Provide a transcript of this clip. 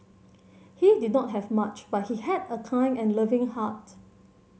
he did not have much but he had a kind and loving heart